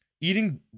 eating